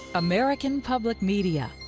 american public media